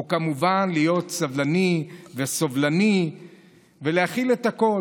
הוא כמובן להיות סבלני וסובלני ולהכיל את הכול,